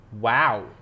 Wow